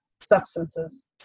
substances